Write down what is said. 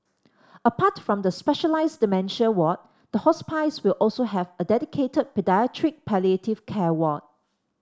apart from the specialised dementia ward the hospice will also have a dedicated paediatric palliative care ward